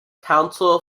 council